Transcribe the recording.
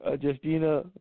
Justina